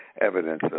evidence